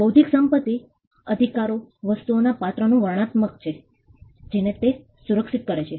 બૌદ્ધિક સંપત્તિ અધિકારો વસ્તુઓના પાત્રનું વર્ણનાત્મક છે જેને તે સુરક્ષિત કરે છે